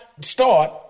start